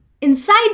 Inside